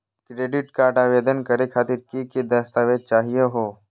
Credit card आवेदन करे खातिर की की दस्तावेज चाहीयो हो?